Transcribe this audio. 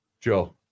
Joe